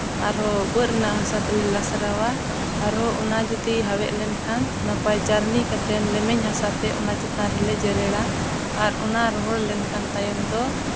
ᱟᱨ ᱦᱚᱸ ᱵᱟᱹᱫᱽ ᱨᱮᱱᱟᱜ ᱦᱟᱥᱟ ᱛᱮᱞᱮ ᱞᱟᱥᱨᱟᱣᱟ ᱟᱨᱦᱚᱸ ᱚᱱᱟ ᱡᱩᱫᱤ ᱦᱟᱣᱮᱫ ᱞᱮᱱᱠᱷᱟᱱ ᱱᱟᱯᱟᱭ ᱪᱟᱹᱨᱱᱤ ᱠᱟᱛᱮᱫ ᱞᱮᱢᱮᱧ ᱦᱟᱥᱟᱛᱮ ᱚᱱᱟ ᱪᱮᱛᱟᱱ ᱨᱮᱞᱮ ᱡᱮᱨᱮᱲᱟ ᱟᱨ ᱚᱱᱟ ᱨᱚᱦᱚᱲ ᱞᱮᱱᱠᱷᱟᱱ ᱛᱟᱭᱚᱢ ᱫᱚ